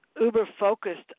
uber-focused